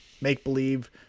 make-believe